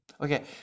okay